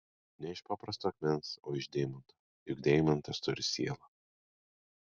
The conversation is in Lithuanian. ne iš paprasto akmens o iš deimanto juk deimantas turi sielą